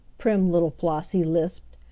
prim little flossie lisped.